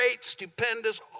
stupendous